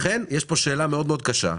לכן יש פה שאלה מאוד קשה,